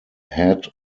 head